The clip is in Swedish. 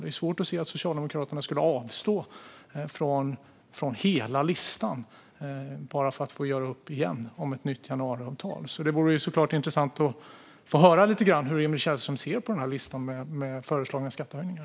Det är svårt att se att Socialdemokraterna skulle avstå från hela listan bara för att få göra upp igen om ett nytt januariavtal. Det vore såklart intressant att få höra lite grann hur Emil Källström ser på denna lista med föreslagna skattehöjningar.